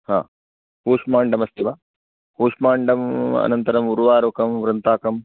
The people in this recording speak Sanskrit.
हा कूष्माण्डमस्ति वा कूष्माण्डम् अनन्तरम् उर्वारुकम् वृन्ताकम्